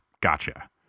Gotcha